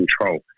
control